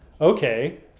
Okay